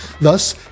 Thus